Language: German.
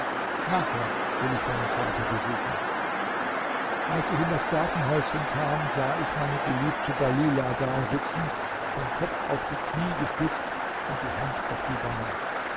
nachher will ich meinen vater besuchen als ich in das gartenhäuschen kam sah ich meine geliebte dalila dasitzen den kopf auf die knie gestützt und die hand auf die wangen